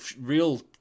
real